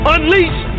Unleash